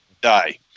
die